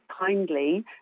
kindly